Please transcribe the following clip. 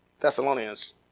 Thessalonians